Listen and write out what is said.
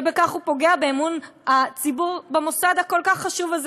ובכך זה פוגע באמון הציבור במוסד הכל-כך חשוב הזה,